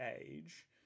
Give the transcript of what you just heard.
age